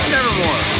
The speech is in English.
Nevermore